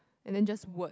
and then just word